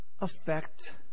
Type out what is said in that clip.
affect